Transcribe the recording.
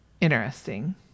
interesting